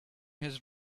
his